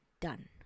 done